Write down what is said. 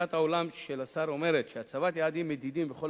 תפיסת העולם של השר אומרת שהצבת יעדים מדידים בכל